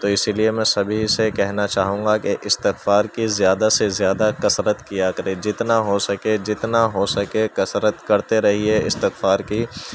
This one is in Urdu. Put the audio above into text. تو اسی لیے میں سبھی سے کہنا چاہوں گا کہ استغفار کی زیادہ سے زیادہ کثرت کیا کرے جتنا ہو سکے جتنا ہو سکے کثرت کرتے رہیے استغفار کی